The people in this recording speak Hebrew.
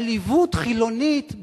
עליבות חילונית.